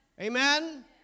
Amen